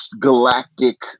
galactic